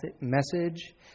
message